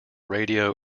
radio